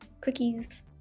Cookies